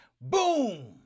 Boom